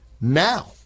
now